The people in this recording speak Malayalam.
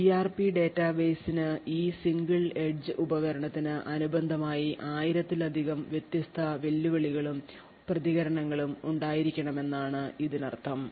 സിആർപി ഡാറ്റാബേസിന് ഈ സിംഗിൾ എഡ്ജ് ഉപകരണത്തിന് അനുബന്ധമായി ആയിരത്തിലധികം വ്യത്യസ്ത വെല്ലുവിളികളും പ്രതികരണങ്ങളും ഉണ്ടായിരിക്കണമെന്നാണ് ഇതിനർത്ഥം